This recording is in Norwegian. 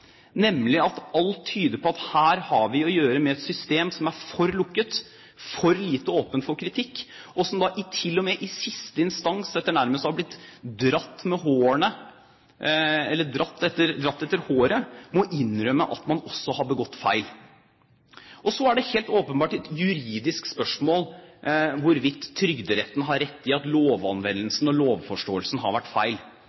nemlig at alt tyder på at her har vi å gjøre med et system som er for lukket, for lite åpent for kritikk, og der man i siste instans – etter nærmest å ha blitt dradd etter håret – til og med må innrømme at man også har begått feil. Og så er det helt åpenbart et juridisk spørsmål hvorvidt Trygderetten har rett i at